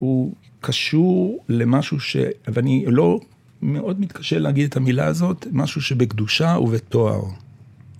הוא קשור למשהו, ואני לא מאוד מתקשה להגיד את המילה הזאת, משהו שבקדושה ובטוהר.